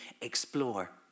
explore